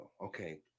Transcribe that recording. Okay